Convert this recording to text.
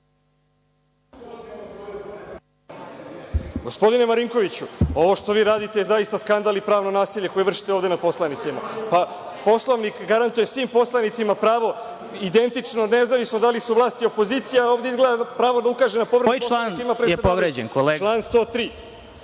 Gospodine Marinkoviću, ovo što vi radite je zaista skandal i pravno nasilje koje vršite ovde nad poslanicima. Poslovnik garantuje svim poslanicima pravo identično, nezavisno da li su vlast ili opozicija, a ovde izgleda pravo da ukaže na povredu Poslovnika ima jedino… **Vladimir Marinković** Koji član